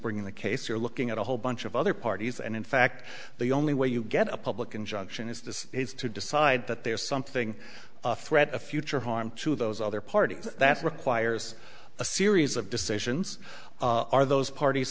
bringing the case you're looking at a whole bunch of other parties and in fact the only way you get a public injunction is this is to decide that there is something a threat a future harm to those other parties that requires a series of decisions are those parties